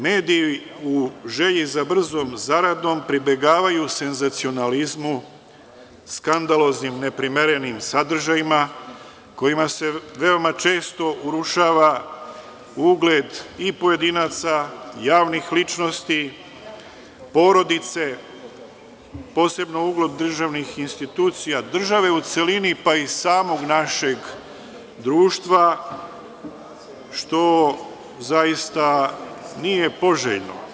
Mnogi mediji u želji za brzom zaradom pribegavaju senzacionalizmu, skandaloznim neprimerenim sadržajima, kojima se veoma često urušava ugled i pojedinaca i javnih ličnosti, porodice, posebno ugled državnih institucija, države u celini, pa i samog našeg društva, što zaista nije poželjno.